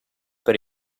per